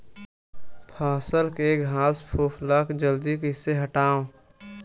फसल के घासफुस ल जल्दी कइसे हटाव?